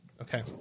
Okay